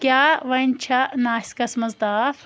کیاہ وۄنۍ چھا ناسِکس منٛز تاپھ